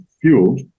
fueled